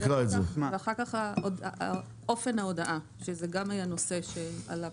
ואחר כך אופן ההודעה, שזה גם היה נושא שעלה.